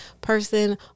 person